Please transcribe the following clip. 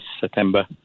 September